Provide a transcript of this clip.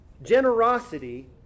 Generosity